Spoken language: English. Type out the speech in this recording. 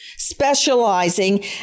Specializing